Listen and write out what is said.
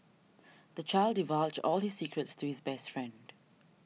the child divulged all his secrets to his best friend